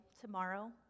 tomorrow